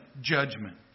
judgment